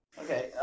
okay